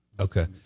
okay